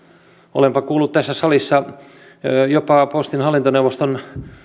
olenpa kuullut tässä salissa jopa postin hallintoneuvoston